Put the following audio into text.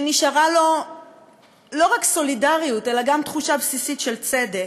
שנשארה לו לא רק סולידריות אלא גם תחושה בסיסית של צדק,